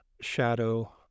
shadow